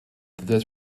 that